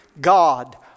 God